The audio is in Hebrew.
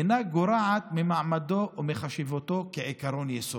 אינה גורעת ממעמדו ומחשיבותו כעקרון יסוד,